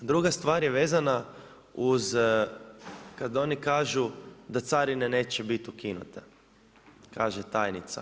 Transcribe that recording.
Druga stvar je vezana uz kad oni kažu da carina neće biti ukinuta, kaže tajnica.